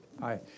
Hi